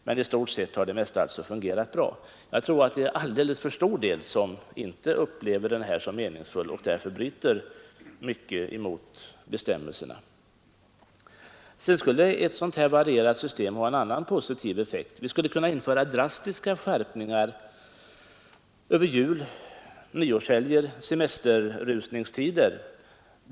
Men i stort sett har det mesta fungerat bra. Jag tror att det är alldeles för stor del som inte upplever hastighetsgränsen som meningsfull och därför bryter mycket mot bestämmelserna. Ett varierat system skulle ha en annan positiv effekt. Vi skulle kunna införa drastiska skärpningar över juloch nyårshelger och semesterrusningstider.